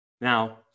Now